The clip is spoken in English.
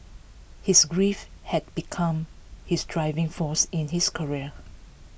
his grief had become his driving force in his career